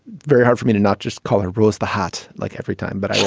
very hard for me to not just call her rose the hat like every time but